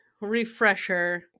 refresher